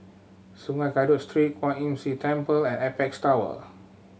Sungei Kadut Street Kwan Imm See Temple and Apex Tower